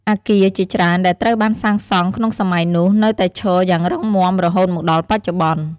អគារជាច្រើនដែលត្រូវបានសាងសង់ក្នុងសម័យនោះនៅតែឈរយ៉ាងរឹងមាំរហូតមកដល់បច្ចុប្បន្ន។